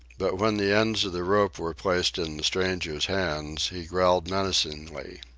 but when the ends of the rope were placed in the stranger's hands, he growled menacingly.